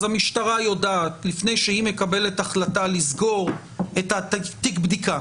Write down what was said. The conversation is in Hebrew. אז המשטרה יודעת לפני שהיא מקבלת החלטה לסגור את תיק הבדיקה